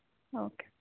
okay